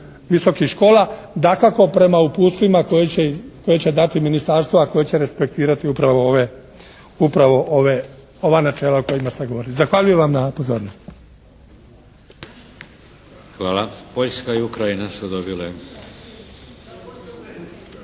visokih škola dakako prema uputstvima koje će dati ministarstvo, a koje će respektirati upravo ova načela o kojima se govori. Zahvaljujem vam na pozornosti. **Šeks, Vladimir (HDZ)** Hvala. Poljska i Ukrajina su dobile.